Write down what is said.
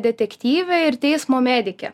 detektyvė ir teismo medikė